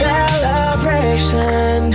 Celebration